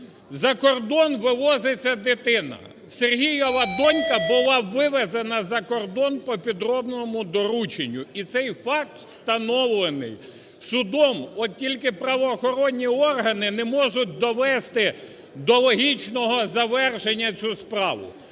за кордон вивозиться дитина. Сергієва донька була вивезена за кордон по підробному дорученню. І цей факт встановлений судом, от тільки правоохоронні органи не можуть довести до логічного завершення цю справу.